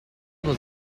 was